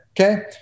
Okay